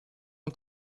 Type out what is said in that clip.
und